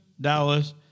Dallas